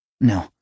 no